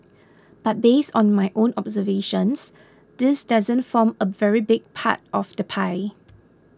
but based on my own observations this doesn't form a very big part of the pie